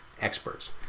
experts